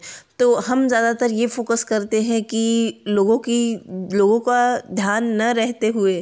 तो हम ज़्यादातर यह फ़ोकस करते हैं कि लोगों की लोगों का ध्यान न रहते हुए